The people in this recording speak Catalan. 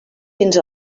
fins